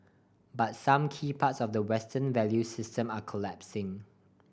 but some key parts of the Western value system are collapsing